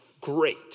great